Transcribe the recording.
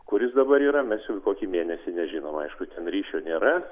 kur jis dabar yra mes jau kokį mėnesį nežinom aišku ten ryšio nėra